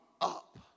up